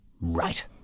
Right